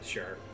Sure